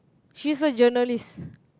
she's a journalist